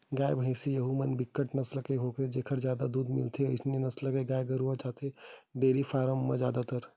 गाय, भइसी यहूँ म बिकट नसल के होथे जेखर ले जादा दूद मिलथे अइसन नसल के गाय गरुवा रखे जाथे डेयरी फारम म जादातर